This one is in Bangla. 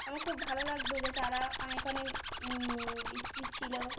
আমার খুব ভালো লাগত যে তারা অনেক অনেক ছিল